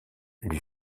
lui